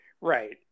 Right